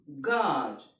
God